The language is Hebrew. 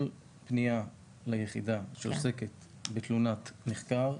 כל פנייה ליחידה שעוסקת בתלונת נחקר,